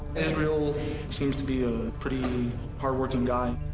israel seems to be a pretty hardworking guy.